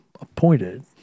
appointed